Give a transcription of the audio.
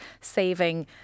saving